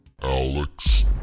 Alex